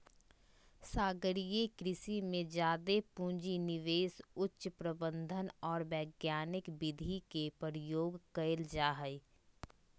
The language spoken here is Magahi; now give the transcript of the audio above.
सागरीय कृषि में जादे पूँजी, निवेश, उच्च प्रबंधन और वैज्ञानिक विधि के प्रयोग कइल जा हइ